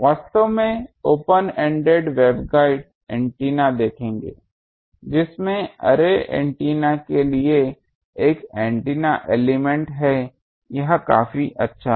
वास्तव में open ended waveguide antenna देखेंगे जिसमें अर्रे एंटीना के लिए एक एंटिना एलिमेंट है यह काफी अच्छा है